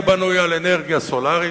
יהיה בנוי על אנרגיה סולרית,